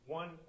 one